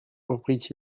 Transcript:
reprit